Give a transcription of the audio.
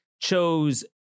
chose